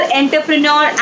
entrepreneur